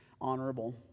honorable